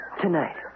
tonight